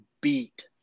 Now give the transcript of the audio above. beat